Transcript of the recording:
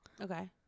Okay